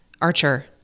Archer